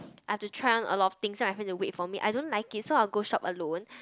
I've to try on a lot of things so my friend have to wait for me I don't like it so I'll go shop alone